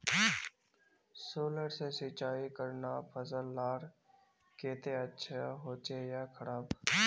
Solar से सिंचाई करना फसल लार केते अच्छा होचे या खराब?